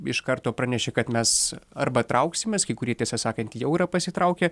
iš karto pranešė kad mes arba trauksimės kai kurie tiesą sakant jau yra pasitraukę